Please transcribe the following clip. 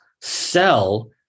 sell